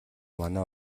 манай